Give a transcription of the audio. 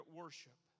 worship